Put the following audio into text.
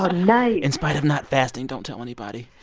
ah nice. in spite of not fasting. don't tell anybody